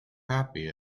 happy